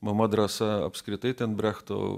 mama drąsa apskritai ten brechto